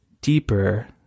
deeper